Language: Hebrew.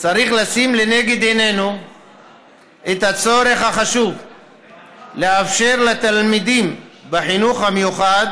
צריך לשים לנגד עינינו את הצורך החשוב לאפשר לתלמידים בחינוך המיוחד